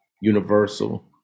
Universal